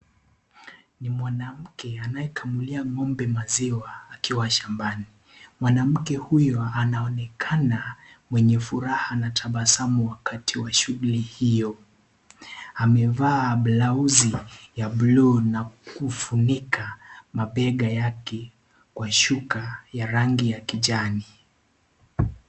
Ni mwanamke anayekamua ng'ombe akiwa shambani, mwanamke huyu anaonekana mwenye furaha na tabasamu wakati wa shughuli hiyo amevaa blausi ya bluu na kufunika mabega yake kwa shuka ya rangi ya kijani.